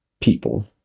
people